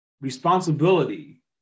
responsibility